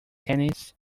tennis